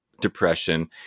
depression